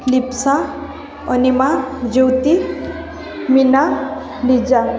Lipsa Anima Jyoti Meena Liza